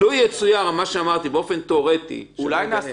לא הבנתי למה זה היפוך ברירת מחדל.